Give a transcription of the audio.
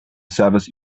service